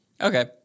Okay